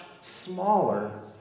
smaller